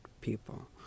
people